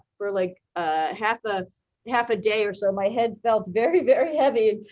for like ah half ah half a day or so, my head felt very, very heavy.